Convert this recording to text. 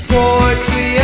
Poetry